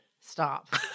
Stop